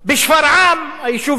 היישוב שלך,